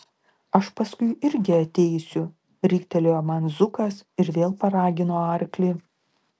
aš paskui irgi ateisiu riktelėjo man zukas ir vėl paragino arklį